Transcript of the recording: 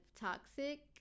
toxic